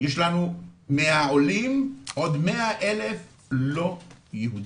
יש לנו מהעולים עוד 100 אלף לא יהודים.